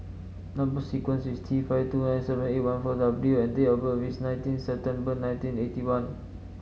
number sequence is T five two nine seven eight one four W and date of birth is nineteen September nineteen eighty one